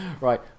right